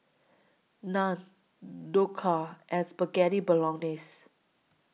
Naan Dhokla and Spaghetti Bolognese